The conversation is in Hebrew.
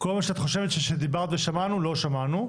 כל מה שאת חושבת שדיברת ושמענו, לא שמענו.